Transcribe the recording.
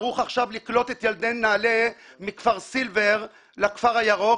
אני ערוך עכשיו לקלוט את ילדי נעלה מכפר סילבר לכפר הירוק,